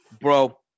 bro